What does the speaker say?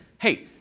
hey